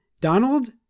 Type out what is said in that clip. Donald